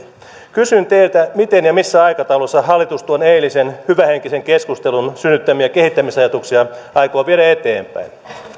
kysyn teiltä miten ja missä aikataulussa hallitus tuon eilisen hyvähenkisen keskustelun synnyttämiä kehittämisajatuksia aikoo viedä eteenpäin